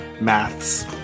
Maths